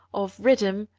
of rhythm,